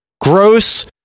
gross